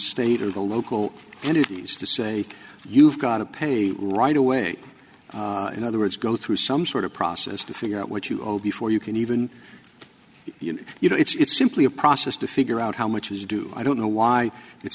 state or the local entities to say you've got to pay right away in other words go through some sort of process to figure out what you all before you can even you know you know it's simply a process to figure out how much is due i don't know why it's